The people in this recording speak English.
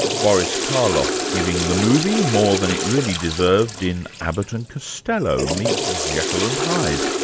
boris karloff, giving the movie more than it really deserved in abbot and costello meets jekyll and hyde.